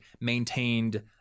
maintained